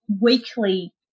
weekly